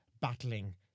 battling